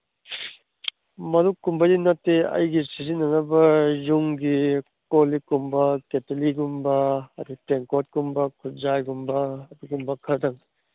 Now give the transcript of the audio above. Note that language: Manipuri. ꯃꯔꯨꯞꯀꯨꯝꯕꯩꯗꯤ ꯅꯠꯇꯦ ꯑꯩꯒꯤ ꯁꯤꯖꯤꯟꯅꯅꯕ ꯌꯨꯝꯒꯤ ꯀꯣꯜꯂꯤꯛꯀꯨꯝꯕ ꯀꯦꯇꯂꯤꯒꯨꯝꯕ ꯑꯗꯒꯤ ꯇꯦꯡꯀꯣꯠꯀꯨꯝꯕ ꯈꯨꯖꯥꯏꯒꯨꯝꯕ ꯑꯗꯨꯒꯨꯝꯕ ꯈꯔ